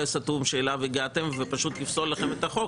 הסתום שאליו הגעתם ופשוט יפסול לכם את החוק,